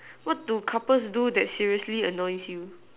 what do couple do that seriously annoys you